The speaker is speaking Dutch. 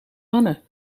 anne